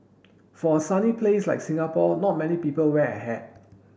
for a sunny place like Singapore not many people wear a hat